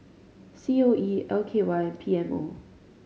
C O E L K Y P M O